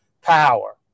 power